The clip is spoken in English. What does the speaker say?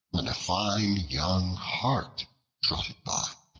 when a fine young hart trotted by,